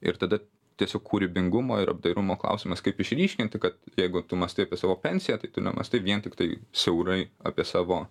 ir tada tiesiog kūrybingumo ir apdairumo klausimas kaip išryškinti kad jeigu tu mąstai apie savo pensiją tai tu nemąstai vien tiktai siaurai apie savo